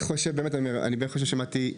הנשיא אמר לכם לבוא ולדבר עד הקריאה